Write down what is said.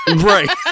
right